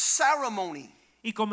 ceremony